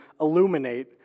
illuminate